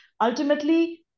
ultimately